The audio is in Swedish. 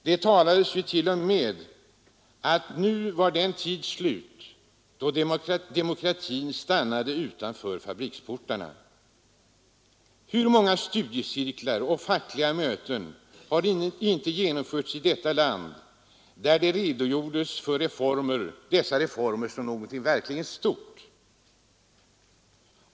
Det talades t.o.m. om att nu var den tid slut då demokratin stannade utanför fabriksportarna. Hur många studiecirklar och fackliga möten genomfördes inte i detta land där det redogjordes för dessa reformer som någonting verkligt stort?